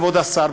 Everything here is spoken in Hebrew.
כבוד השר,